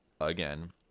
again